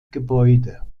gebäude